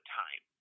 time